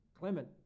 Clement